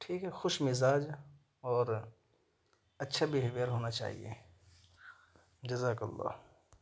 ٹھیک ہے خوش مزاج اور اچھے بہیویئر ہونا چاہیے جزاک اللہ